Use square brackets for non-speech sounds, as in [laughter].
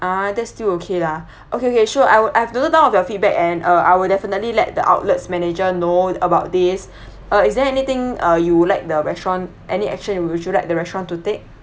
ah that's still okay lah [breath] okay okay sure I will I've noted down of your feedback and uh I will definitely let the outlet's manager know about this [breath] uh is there anything uh you would like the restaurant any action would you like the restaurant to take